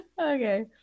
okay